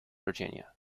virginia